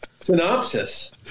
synopsis